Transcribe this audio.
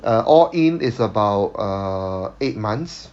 uh all in is about err eight months